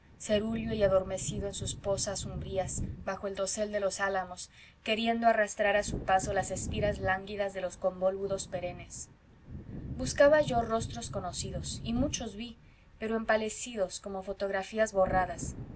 cerúleo y adormecido en sus pozas umbrías bajo el dosel de los álamos queriendo arrastrar a su paso las espiras lánguidas de los convólvulos perennes buscaba yo rostros conocidos y muchos vi pero empalidecidos como fotografías borradas